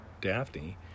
Daphne